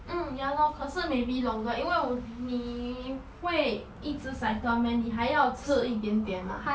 mm ya lor 可是 maybe longer 因为你会一直 cycle meh 你还要吃一点点吗